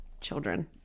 children